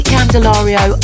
Candelario